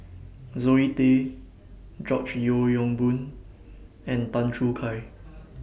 Zoe Tay George Yeo Yong Boon and Tan Choo Kai